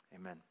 amen